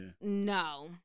No